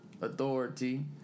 authority